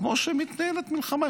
כמו שמתנהלת מלחמה,